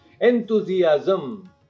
Enthusiasm